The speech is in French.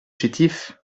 chétif